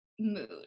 mood